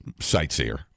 sightseer